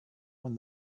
when